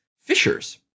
fishers